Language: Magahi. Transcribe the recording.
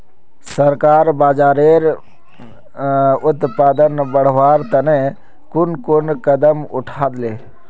सरकार बाजरार उत्पादन बढ़वार तने कुन कुन कदम उठा ले